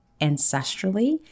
ancestrally